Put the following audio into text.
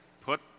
put